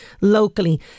locally